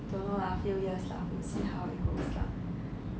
don't know lah few years lah will see how it goes lah